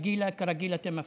כרגיל אתם מפריעים.